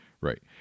Right